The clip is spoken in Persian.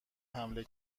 حمله